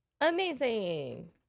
Amazing